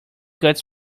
cuts